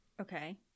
Okay